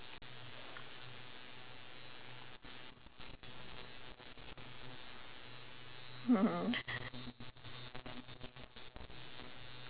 hmm